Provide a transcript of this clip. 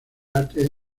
arte